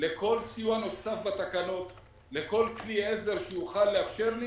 לכל סיוע נוסף בתקנות, לכל כלי עזר שיוכל לאפשר לי